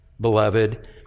beloved